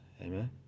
Amen